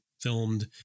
filmed